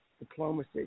Diplomacy